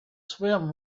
swim